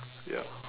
ya